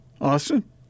Austin